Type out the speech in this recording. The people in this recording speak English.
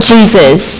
Jesus